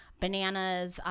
bananas